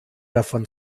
davon